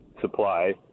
supply